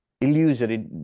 illusory